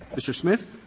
mr. smith.